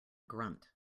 grunt